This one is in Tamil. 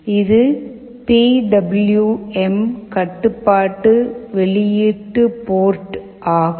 இது பி டபிள்யு எம் கட்டுப்பாட்டு வெளியீட்டு போர்ட் ஆகும்